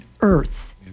earth